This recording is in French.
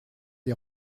des